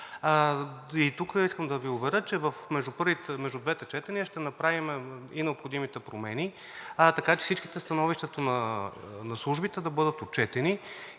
И тук искам да Ви уверя, че между двете четения ще направим и необходимите промени, така че всичките становища на службите да бъдат отчетени